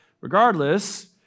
Regardless